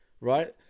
right